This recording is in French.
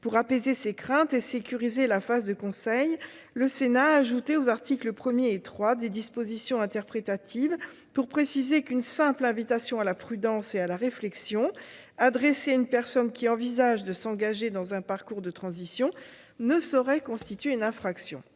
Pour apaiser ces craintes et sécuriser la phase de conseil, le Sénat a ajouté aux articles 1 et 3 des dispositions interprétatives pour préciser qu'une simple invitation à la prudence et à la réflexion adressée à une personne envisageant de s'engager dans un parcours de transition ne saurait constituer une infraction.